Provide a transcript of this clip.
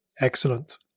Excellent